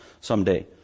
someday